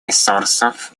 ресурсов